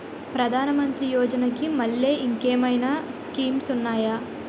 ప్రధాన మంత్రి యోజన కి మల్లె ఇంకేమైనా స్కీమ్స్ ఉన్నాయా?